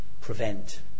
prevent